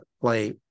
play